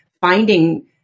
finding